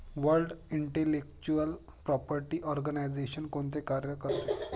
World intellectual property organisation कोणते कार्य करते?